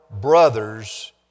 brothers